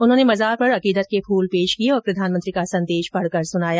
उन्होंने मजार पर अकीदत के फूल पेश किये और प्रधानमंत्री का संदेश पढकर सुनाया